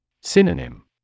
Synonym